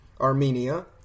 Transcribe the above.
Armenia